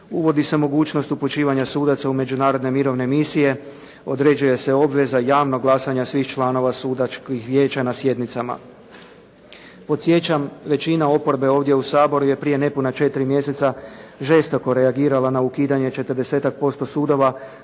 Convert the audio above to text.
uvodi se mogućnost upućivanja sudaca međunarodne mirovne misije određuje se obveza javnog glasanja svih članova sudačkih vijeća na sjednicama. Podsjećam većina oporbe ovdje u Saboru je prije nepuna 4 mjeseca žestoko reagirala na ukidanje 40-tak posto sudova